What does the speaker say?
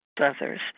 others